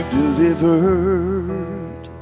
delivered